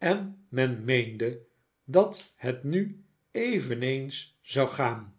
en men meende dat het nu eveneens zou gaan